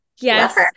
Yes